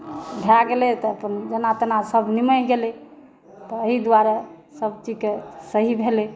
भए गेलै तऽ अपन जेना तेना सब निमहि गेलै तऽ एहि दुआरे सब चीजकेँ सही भेलै